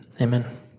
amen